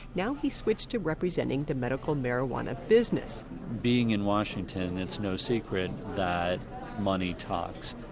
now, he's switched to representing the medical marijuana business being in washington, it's no secret that money talks.